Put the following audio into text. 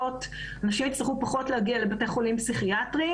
אנשים יצטרכו פחות להגיע לבתי חולים פסיכיאטריים.